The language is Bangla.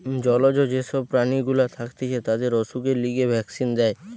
জলজ যে সব প্রাণী গুলা থাকতিছে তাদের অসুখের লিগে ভ্যাক্সিন দেয়